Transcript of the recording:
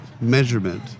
measurement